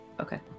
Okay